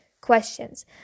questions